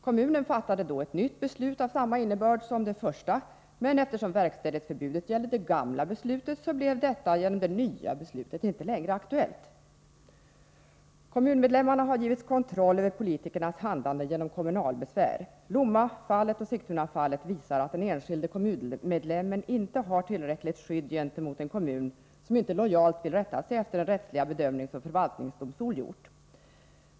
Kommunen fattade då ett nytt beslut av samma innebörd som det första, och eftersom verkställighetsförbudet gällde det gamla beslutet blev det inte längre aktuellt. Kommunmedlemmarna har givits möjlighet till kontroll över politikernas handlande genom kommunalbesvär. Lommafallet och Sigtunafallet visar att den enskilde kommunmedlemmen inte har tillräckligt skydd gentemot en kommun som inte lojalt vill rätta sig efter den rättsliga bedömning som förvaltningsdomstol gjort.